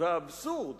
והאבסורד